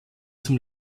zum